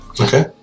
Okay